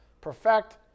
perfect